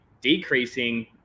decreasing